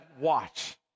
watch